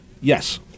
Yes